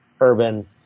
urban